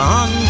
on